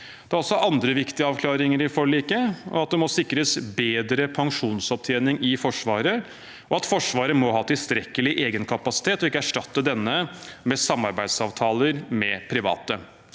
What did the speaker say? Det er også andre viktige avklaringer i forliket, som at det må sikres bedre pensjonsopptjening i Forsvaret, og at Forsvaret må ha tilstrekkelig egenkapasitet og ikke erstatte denne med samarbeidsavtaler med private.